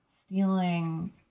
stealing